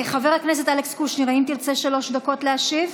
חבר הכנסת אלכס קושניר, האם תרצה שלוש דקות להשיב?